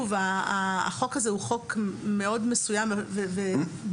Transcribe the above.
החוק הזה הוא חוק מאוד מסוים וטכני,